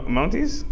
Mounties